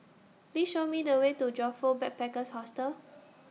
Please Show Me The Way to Joyfor Backpackers' Hostel